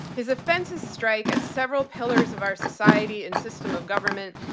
his offenses strike at several pillars of our society and system of government.